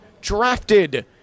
drafted